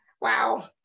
Wow